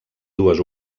dues